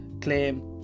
claim